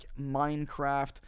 Minecraft